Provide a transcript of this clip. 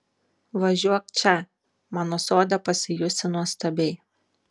važiuok čia mano sode pasijusi nuostabiai